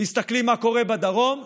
אם מסתכלים על מה שקורה בדרום,